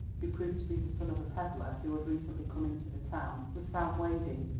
who proved to be the son of a pedlar who had recently come into the town, was found wading,